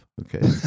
okay